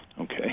okay